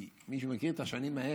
כי מי שמכיר את השנים ההן,